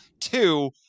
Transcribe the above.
Two